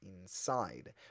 inside